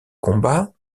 combats